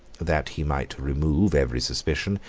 that he might remove every suspicion,